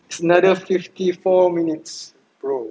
it's another fifty four minutes bro